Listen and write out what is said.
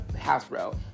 Hasbro